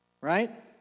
Right